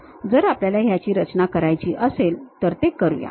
जर आपल्याला त्याची रचना करायची असेल तर ते करूया